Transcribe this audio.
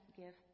give